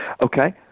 Okay